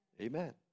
Amen